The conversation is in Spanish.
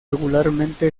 regularmente